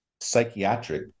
psychiatric